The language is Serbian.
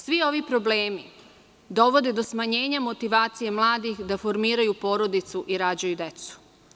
Svi ovi problemi dovode do smanjenja motivacije mladih da formiraju porodicu i rađaju decu.